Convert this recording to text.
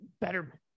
better